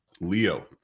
Leo